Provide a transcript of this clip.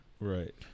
right